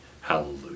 hallelujah